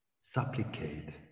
supplicate